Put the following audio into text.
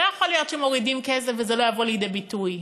לא יכול להיות שמורידים כסף וזה לא יבוא לידי ביטוי.